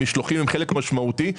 משלוחים הם חלק משמעותי.